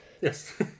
Yes